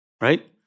right